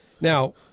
now